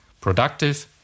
productive